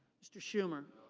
mr. schumer.